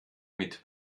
mit